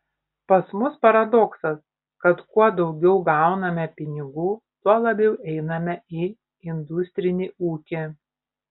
pas mus paradoksas kad kuo daugiau gauname pinigų tuo labiau einame į industrinį ūkį